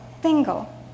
single